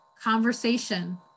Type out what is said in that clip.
conversation